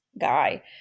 guy